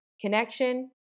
connection